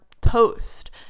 toast